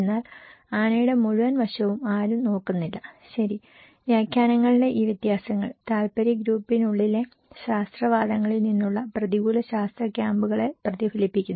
എന്നാൽ ആനയുടെ മുഴുവൻ വശവും ആരും നോക്കുന്നില്ല ശരി വ്യാഖ്യാനങ്ങളിലെ ഈ വ്യത്യാസങ്ങൾ താൽപ്പര്യ ഗ്രൂപ്പിനുള്ളിലെ ശാസ്ത്ര വാദങ്ങളിൽ നിന്നുള്ള പ്രതികൂല ശാസ്ത്ര ക്യാമ്പുകളെ പ്രതിഫലിപ്പിക്കുന്നു